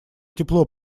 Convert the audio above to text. тепло